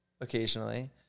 Occasionally